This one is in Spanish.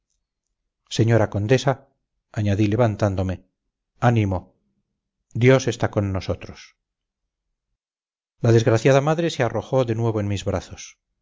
señora condesa añadí levantándome ánimo dios está con nosotros la desgraciada madre se arrojó de nuevo en mis brazos